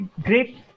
great